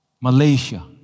Malaysia